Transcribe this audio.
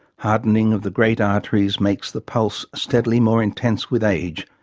hardening of the great arteries makes the pulse steadily more intense with age,